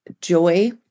joy